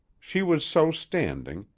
she was so standing,